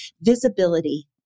visibility